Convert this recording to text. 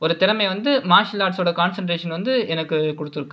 ஒரு திறமைய வந்து மார்ஷியல் ஆர்ட்ஸோட கான்சன்ட்ரேஷனில் வந்து எனக்கு கொடுத்துருக்கு